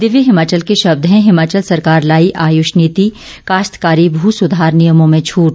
दिव्य हिमाल के शब्द हैं हिमाचल सरकार लाई आयुष नीति काश्तकारी भू सुधार नियमों में छूट